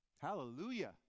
Hallelujah